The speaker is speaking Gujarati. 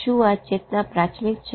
શું આ ચેતના પ્રાથમિક છે